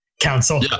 council